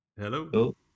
Hello